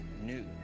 new